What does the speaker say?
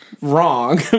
wrong